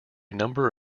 number